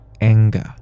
anger